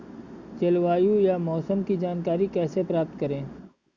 जलवायु या मौसम की जानकारी कैसे प्राप्त करें?